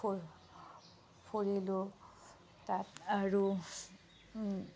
ফুৰিলোঁ তাত আৰু